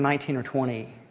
nineteen or twenty,